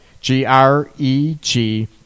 G-R-E-G